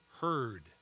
heard